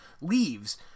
leaves